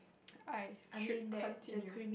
!aiya! should continue